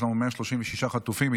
יש לנו 136 חטופים.